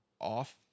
off